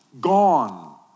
gone